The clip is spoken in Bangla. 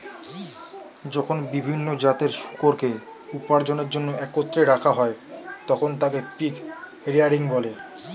যখন বিভিন্ন জাতের শূকরকে উপার্জনের জন্য একত্রে রাখা হয়, তখন তাকে পিগ রেয়ারিং বলে